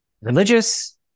religious